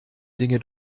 dinge